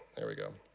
there we go.